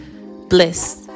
bliss